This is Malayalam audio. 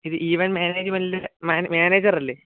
ഇത് ഇവൻറ് മാനേജ്മെൻറിൽ മാനേജർ അല്ലേ